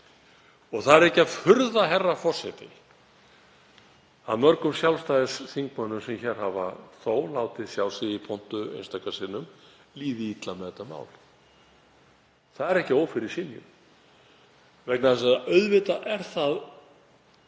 Það er ekki að furða, herra forseti, að mörgum sjálfstæðisþingmönnum, sem hér hafa þó látið sjá sig í pontu einstaka sinnum, líði illa með þetta mál. Það er ekki að ófyrirsynju vegna þess að auðvitað er það